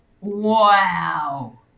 Wow